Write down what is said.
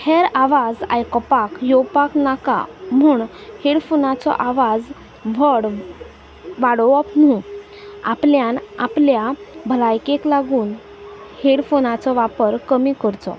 हेर आवाज आयकपाक येवपाक नाका म्हूण हेडफोनाचो आवाज व्हड वाडोवप न्हय आपल्यान आपल्या भलायकेक लागून हेडफोनाचो वापर कमी करचो